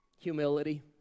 Humility